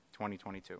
2022